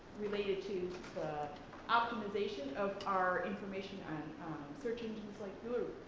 related to the optimization of our information on search engines like google,